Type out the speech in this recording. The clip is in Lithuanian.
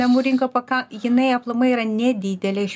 namų rinka paka jinai aplamai yra nedidelė iš